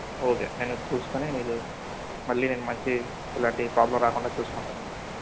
okay నేనొచ్చి చూసుకుని మీరు మళ్ళీ నేను మంచి ఇలాంటి ప్రోబ్లం రాకుండా చూసుకుంటానండి